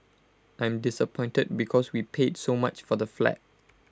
I'm disappointed because we paid so much for the flat